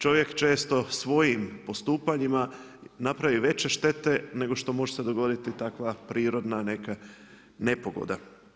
Čovjek često svojim postupanjima napravi veće štete nego što može se dogoditi takva prirodna neka nepogoda.